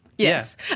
Yes